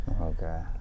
Okay